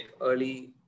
early